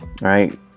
right